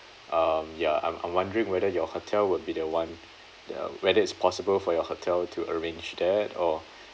um ya I'm I'm wondering whether your hotel would be the one the whether it's possible for your hotel to arrange that or